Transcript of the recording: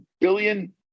billion